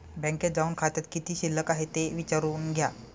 बँकेत जाऊन खात्यात किती शिल्लक आहे ते विचारून घ्या